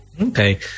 Okay